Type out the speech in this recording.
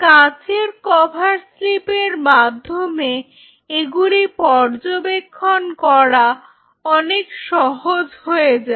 কাঁচের cover slip এর মাধ্যমে এগুলি পর্যবেক্ষণ করা অনেক সহজ হয়ে যায়